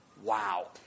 Wow